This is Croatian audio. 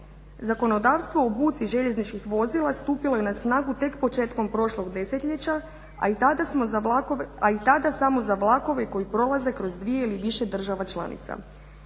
Zakonodavstvo o buci željezničkih vozila stupilo je snagu tek početkom prošlog desetljeća, a i tada samo za vlakove koji prolaze kroz dvije ili više država članica.